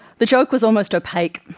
the joke was almost opaque.